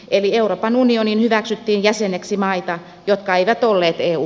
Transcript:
eli euroopan unioniin hyväksyttiin jäseniksi maita jotka eivät tulleet eu